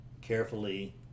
carefully